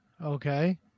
Okay